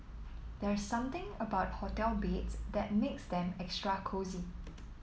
there's something about hotel beats that makes them extra cosy